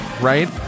right